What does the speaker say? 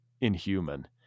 inhuman